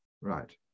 right